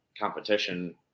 competition